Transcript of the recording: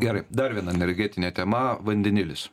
gerai dar viena energetinė tema vandenilis